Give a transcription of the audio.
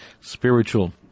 spiritual